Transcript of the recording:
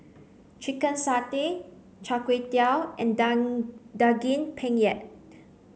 chicken Satay Char Kway Teow and Daging Penyet